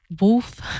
Wolf